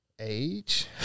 age